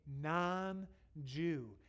non-Jew